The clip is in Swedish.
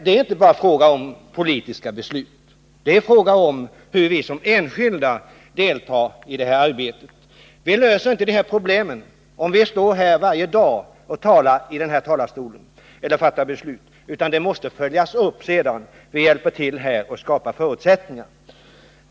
Det är inte bara fråga om politiska beslut — det är fråga om hur vi som enskilda deltar i det här arbetet. Vi löser inte problemen om vi varje dag står och talar i den här talarstolen eller fattar beslut, utan det måste sedan följas upp. Vi hjälper här till att skapa förutsättningar.